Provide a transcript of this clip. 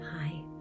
Hi